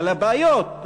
על הבעיות,